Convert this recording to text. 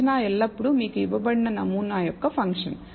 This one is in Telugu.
అంచనా ఎల్లప్పుడూ మీకు ఇవ్వబడిన నమూనా యొక్క ఫంక్షన్